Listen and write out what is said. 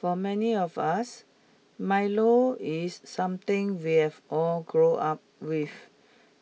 for many of us Milo is something we have all grown up with